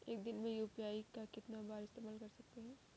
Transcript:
एक दिन में यू.पी.आई का कितनी बार इस्तेमाल कर सकते हैं?